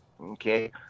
Okay